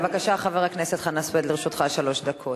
בבקשה, חבר הכנסת חנא סוייד, לרשותך שלוש דקות.